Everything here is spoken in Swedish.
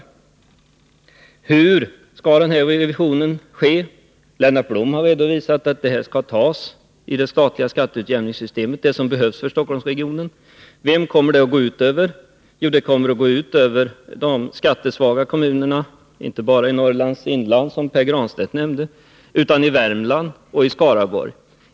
Jag vill vidare fråga: Hur skall revisionen ske? Lennart Blom har redovisat att det som behövs för Stockholmsregionen skall tas inom det statliga skatteutjämningssystemet. Vem kommer det att gå ut över? Jo, de skattesvaga kommunerna inte bara i Norrlands inland, som Pär Granstedt nämnde, utan även i Värmland och i Skaraborg.